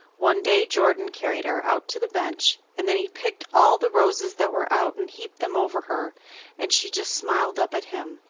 one day jordan carried her out to the bench and then he picked all the roses that were out and heaped them over her and she just smiled up at him.